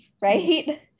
right